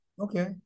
Okay